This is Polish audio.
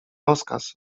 rozkaz